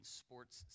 sports